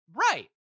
Right